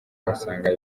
bagasanga